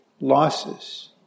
losses